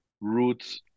roots